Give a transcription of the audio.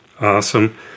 Awesome